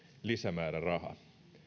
lisämääräraha